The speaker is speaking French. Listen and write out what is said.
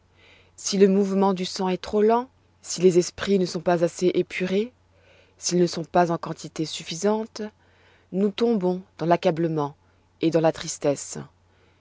si le mouvement du sang est trop lent si les esprits ne sont pas assez épurés s'ils ne sont pas en quantité suffisante nous tombons dans l'accablement et dans la tristesse